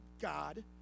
God